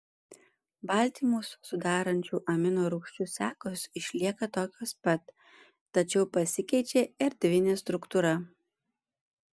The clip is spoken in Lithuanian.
baltymus sudarančių amino rūgčių sekos išlieka tokios pat tačiau pasikeičia erdvinė struktūra